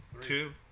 two